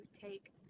take